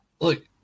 Look